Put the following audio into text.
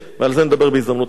ועל זה נדבר בהזדמנות אחרת.